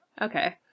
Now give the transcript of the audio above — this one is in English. okay